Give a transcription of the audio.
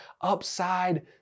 upside